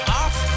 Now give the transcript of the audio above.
off